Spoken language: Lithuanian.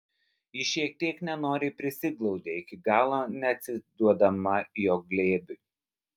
ji šiek tiek nenoriai prisiglaudė iki galo neatsiduodama jo glėbiui